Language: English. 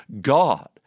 God